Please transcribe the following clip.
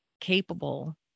capable